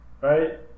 right